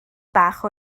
bach